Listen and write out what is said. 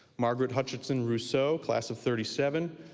margaret hutchinson rousseau, class of thirty seven,